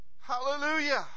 Hallelujah